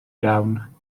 iawn